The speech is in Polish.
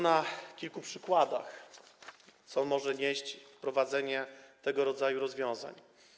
Na kilku przykładach pokażę, co może nieść wprowadzenie tego rodzaju rozwiązań.